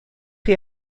chi